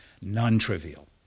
Non-trivial